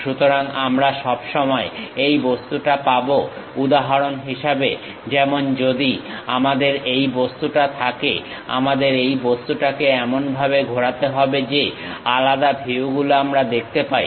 সুতরাং আমরা সবসময় এই বস্তুটা পাবো উদাহরণ হিসেবে যেমন যদি আমাদের এই বস্তুটা থাকে আমাদের এই বস্তুটাকে এমনভাবে ঘোরাতে হবে যে আলাদা ভিউগুলো আমরা দেখতে পাই